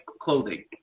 clothing